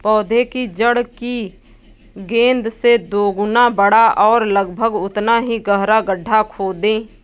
पौधे की जड़ की गेंद से दोगुना बड़ा और लगभग उतना ही गहरा गड्ढा खोदें